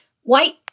White